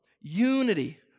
unity